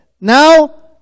now